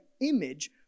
image